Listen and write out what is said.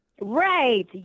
Right